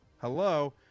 Hello